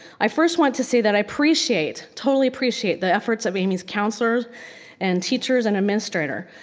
i first want to say that i appreciate, totally appreciate, the efforts of amy's counselors and teachers and administrators.